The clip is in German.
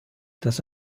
das